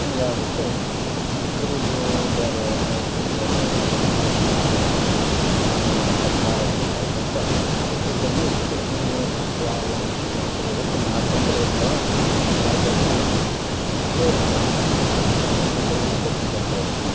ಹಂಗಾಗಿ ಬಿಟ್ಟು ಕುರಿದೂ ಬೇರೆ ಮೇಕೆವ್ ಬೇರೆ ಇವೆಲ್ಲ ಮಾಡ್ಕೊತ ಮಾ ಇವೆಲ್ಲ ಮಾಡ್ಕೊತ್ ಮಾರಾಟ ಮಾಡ್ಕೊತ ಹೆಚ್ಚು ಕಡಿಮೆ ಹೆಚ್ಚು ಕಡ್ಮೆ ಈ ಊರಲ್ಲಿ ಇಷ್ಟು ಆ ಊರಲ್ಲಿ ಇಷ್ಟು ಅಂತೇಳಿ ಬಿಟ್ಟು ಮಾಡ್ಕೊತ್ ರೇಟ್ ತಗೋ ಮಾರ್ಕೋತ ಹೋಗಿ ಹೋಗಿ ಬಿಡ್ತಾರ ಹೆಚ್ಚು ಕಡಿಮೆ ಅಂತೇಳ್ಬಿಟ್ಟು